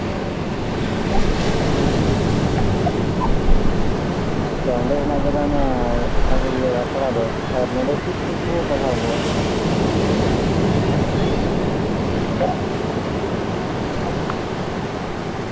ᱟᱪᱪᱷᱟ ᱚᱸᱰᱮ ᱦᱮᱱᱟᱜ ᱠᱟᱫᱟ ᱟᱥᱲᱟ ᱫᱚ ᱚᱸᱰᱮ ᱪᱮᱫᱼᱪᱮᱫ ᱠᱚᱠᱚ ᱯᱟᱲᱦᱟᱣ ᱠᱚᱣᱟ